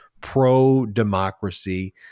pro-democracy